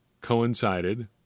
coincided